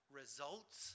results